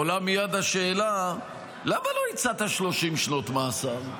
עולה מייד השאלה למה לא הצעת 30 שנות מאסר.